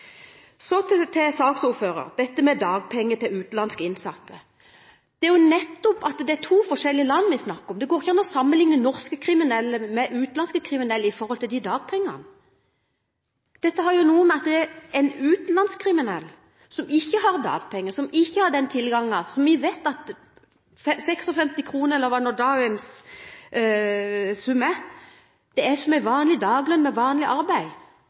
Så til saksordførerens innlegg og dette med dagpenger til utenlandske innsatte. Det er to forskjellige land vi snakker om. Det går ikke an å sammenlikne norske kriminelle med utenlandske kriminelle når det gjelder dagpengene. Dette har å gjøre med at en utenlandsk kriminell ikke har dagpenger og har ikke den tilgangen, som vi vet er 56 kr eller hva enn dagens sum er. Det er jo som en vanlig dagslønn for vanlig arbeid.